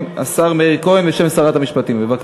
תודה